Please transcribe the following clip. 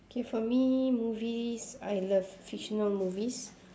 okay for me movies I love fictional movies